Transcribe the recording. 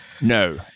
no